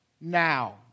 now